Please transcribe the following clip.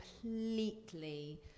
completely